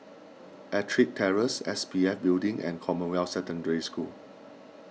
Ettrick Terrace S P F Building and Commonwealth Secondary School